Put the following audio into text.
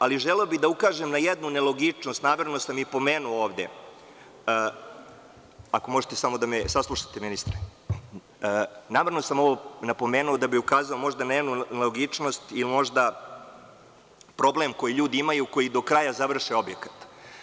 Ali, želeo bih da ukažem na jednu nelogičnost, namerno sam pomenuo ovde, ako možete samo da me saslušate ministre, namerno sam ovo napomenuo da bi ukazao na možda jednu nelogičnost i možda problem koji ljudi imaju koji do kraja završe objekat.